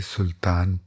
Sultan